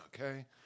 Okay